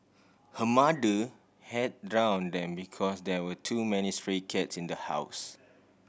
her mother had drown them because there were too many stray cats in the house